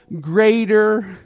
greater